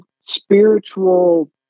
spiritual